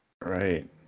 right